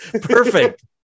Perfect